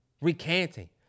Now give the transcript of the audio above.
recanting